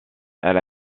elle